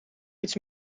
iets